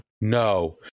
No